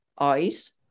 eyes